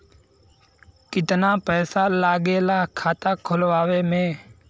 कितना पैसा लागेला खाता खोलवावे में?